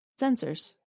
sensors